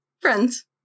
Friends